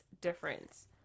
difference